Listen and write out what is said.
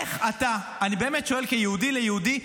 איך אתה, אני באמת שואל כיהודי ליהודי.